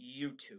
YouTube